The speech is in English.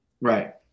Right